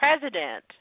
president